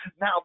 Now